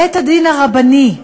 בית-הדין הרבני,